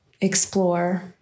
explore